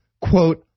quote